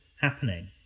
happening